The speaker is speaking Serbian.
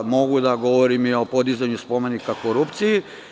Mogu da govorim i o podizanju spomenika korupciji.